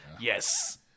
Yes